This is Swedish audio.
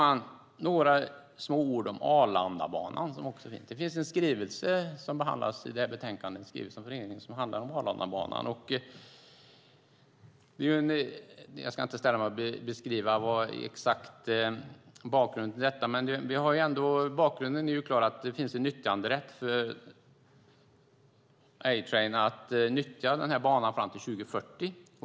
Jag ska säga några små ord om Arlandabanan. En skrivelse från regeringen behandlas i betänkandet som handlar om Arlandabanan. Jag ska inte beskriva den exakta bakgrunden. Men det finns en rätt för A-train att nyttja banan fram till 2040.